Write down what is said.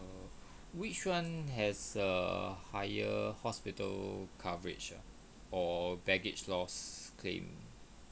which one has a higher hospital coverage or for baggage loss claim